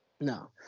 no